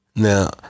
Now